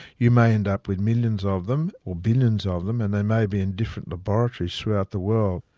you may end up with millions of them, or billions of them, and they may be in different laboratories, throughout the world.